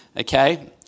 Okay